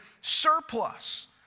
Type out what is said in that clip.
surplus